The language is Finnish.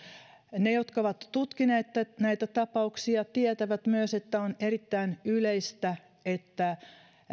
ne jotka ovat tutkineet näitä tapauksia tietävät myös että on erittäin yleistä että